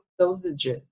dosages